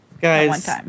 Guys